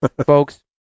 folks